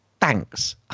thanks